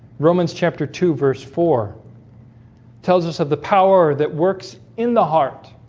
romans chapter two verse four tells us of the power that works in the heart